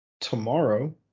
tomorrow